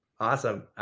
Awesome